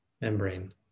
membrane